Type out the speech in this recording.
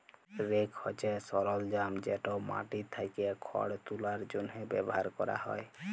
rake হছে সরলজাম যেট মাটি থ্যাকে খড় তুলার জ্যনহে ব্যাভার ক্যরা হ্যয়